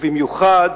ובמיוחד